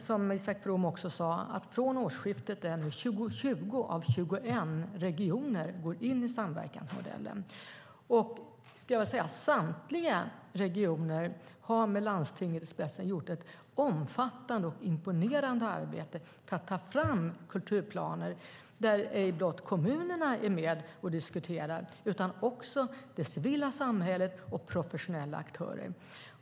Som tidigare nämndes går 20 av 21 regioner från årsskiftet in i samverkansmodellen. Samtliga regioner har med landstingen i spetsen gjort ett omfattande och imponerande arbete för att ta fram kulturplaner där ej blott kommunerna är med och diskuterar utan också det civila samhället och professionella aktörer.